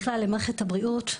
בכלל למערכת הבריאות,